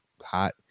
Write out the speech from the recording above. hot